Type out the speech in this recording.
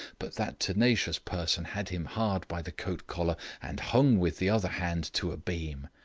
but that tenacious person had him hard by the coat collar and hung with the other hand to a beam.